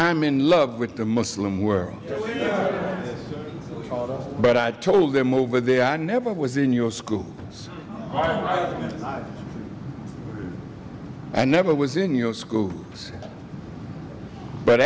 i'm in love with the muslim world but i told them over there i never was in your school my god i never was in your school but